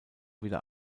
wieder